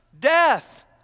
Death